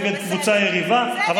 נגד קבוצה יריבה.